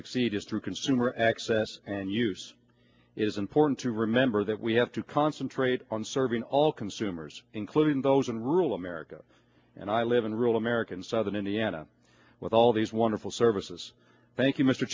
succeed is through consumer access and use is important to remember that we have to concentrate on serving all consumers including those in rural america and i live in rural america in southern indiana with all these wonderful services thank you mr